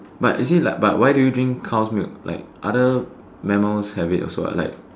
but you see like but why do you drink cow's milk like other mammals have it also what like